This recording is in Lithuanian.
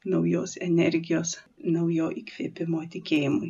naujos energijos naujo įkvėpimo tikėjimui